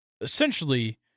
essentially